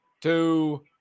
two